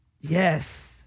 Yes